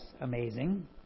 amazing